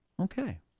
Okay